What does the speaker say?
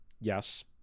yes